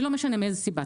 ולא משנה מאיזה סיבה,